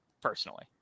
personally